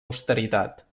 austeritat